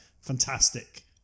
Fantastic